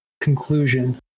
conclusion